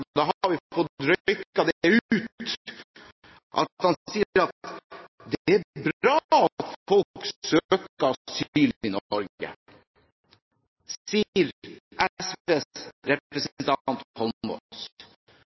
har vi fått røyket det ut – når SVs representant Holmås sier at det er bra at folk